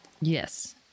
Yes